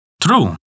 True